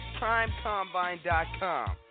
PrimeCombine.com